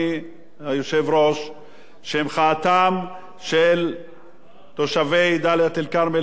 שמחאתם של תושבי דאלית-אל-כרמל ועוספיא ואוהל המחאה של ראש